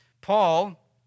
Paul